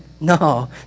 No